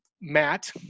Matt